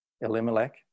Elimelech